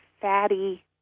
fatty